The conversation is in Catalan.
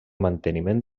manteniment